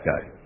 guy